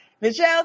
Michelle